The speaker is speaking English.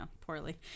poorly